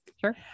Sure